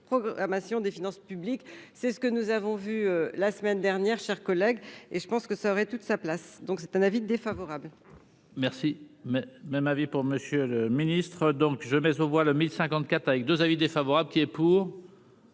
programmation des finances publiques, c'est ce que nous avons vu la semaine dernière, chers collègues, et je pense que ça aurait toute sa place, donc c'est un avis défavorable. Merci mais même avis pour Monsieur le Ministre. Donc je mais on voit le 1054 avec 2 avis défavorable qui est pour.